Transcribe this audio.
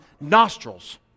nostrils